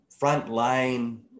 frontline